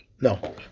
no